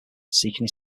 seeking